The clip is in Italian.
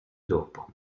dopo